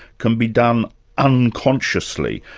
can be done unconsciously.